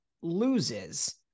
loses